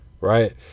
right